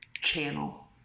channel